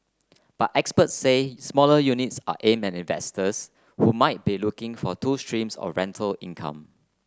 but experts say smaller units are aimed at investors who might be looking for two streams of rental income